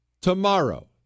tomorrow